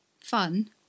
fun